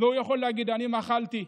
שהוא יכול להגיד: אני מחלתי,